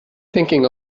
thinking